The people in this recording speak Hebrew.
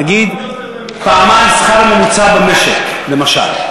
נגיד פעמיים השכר הממוצע במשק למשל.